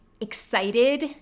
excited